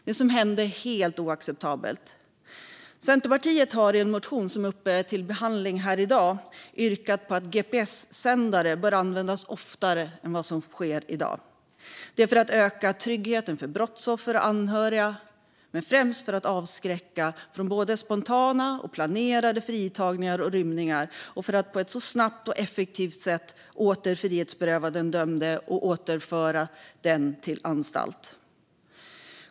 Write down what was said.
Det som hände är helt oacceptabelt. Centerpartiet har i en motion som är uppe till behandling här i dag yrkat på att gps-sändare ska användas oftare än vad som sker i dag, detta för att öka tryggheten för brottsoffer och anhöriga men främst för att avskräcka från både spontana och planerade fritagningar och rymningar och för att på ett så snabbt och effektivt sätt som möjligt åter frihetsberöva den dömde och återföra denne till anstalt.